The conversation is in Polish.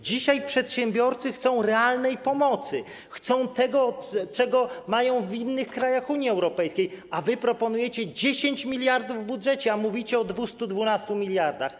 Dzisiaj przedsiębiorcy chcą realnej pomocy, chcą tego, co mają w innych krajach Unii Europejskiej, zaś wy proponujecie 10 mld w budżecie, a mówicie o 212 mld.